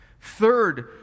Third